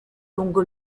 lungo